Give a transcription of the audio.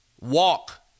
Walk